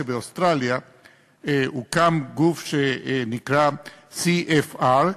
שבאוסטרליה הוקם גוף שנקרא CFR,